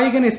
ഗായകൻ എസ്